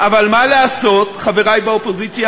אבל מה לעשות, חברי באופוזיציה,